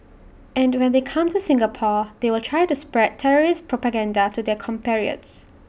and when they come to Singapore they will try to spread terrorist propaganda to their compatriots